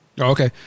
Okay